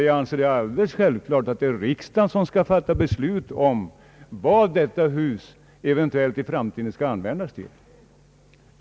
Jag anser det alldeles självklart att det är riksdagen som skall fatta beslut om en sådan sak.